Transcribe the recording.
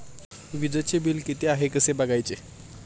वीजचे बिल किती आहे कसे बघायचे?